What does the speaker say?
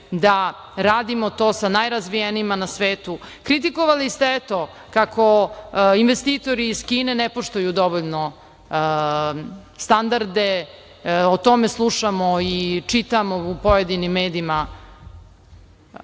da radimo to sa najrazvijenijima na svetu. Kritikovali ste kako investitori iz Kine ne poštuju dovoljno standarde. O tome slušamo i čitamo u pojedinim medijima